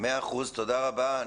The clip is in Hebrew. תודה רבה.